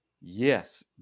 yes